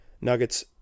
Nuggets